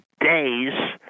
days